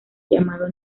llamado